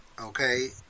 okay